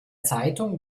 zeitung